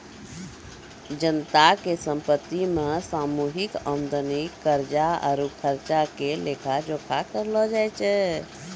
जनता के संपत्ति मे सामूहिक आमदनी, कर्जा आरु खर्चा के लेखा जोखा करलो जाय छै